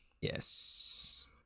Yes